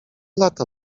lata